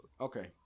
Okay